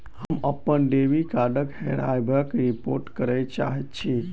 हम अप्पन डेबिट कार्डक हेराबयक रिपोर्ट करय चाहइत छि